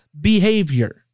behavior